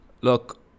look